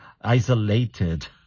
isolated